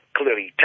clearly